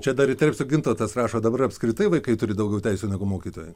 čia dar įterpsiu gintautas rašo dabar apskritai vaikai turi daugiau teisių negu mokytojai